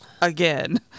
again